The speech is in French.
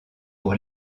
pour